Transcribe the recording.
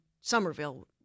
Somerville